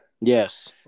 Yes